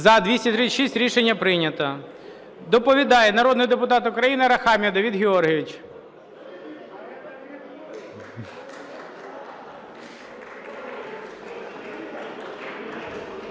За-236 Рішення прийнято. Доповідає народний депутат України Арахамія Давид Георгійович.